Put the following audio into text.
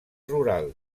rural